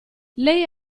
lei